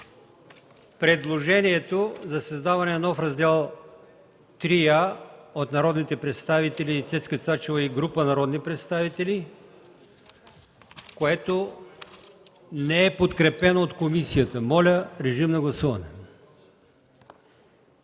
предложението за създаване на нов Раздел ІІІа от народния представител Цецка Цачева и група народни представители, което не е подкрепено от комисията. Гласували